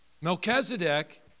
Melchizedek